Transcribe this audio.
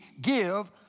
give